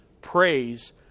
Praise